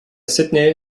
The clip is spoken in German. sydney